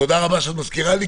תודה רבה שאת מזכירה לי.